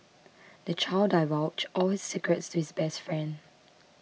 the child divulged all his secrets to his best friend